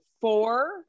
four